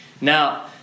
Now